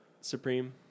Supreme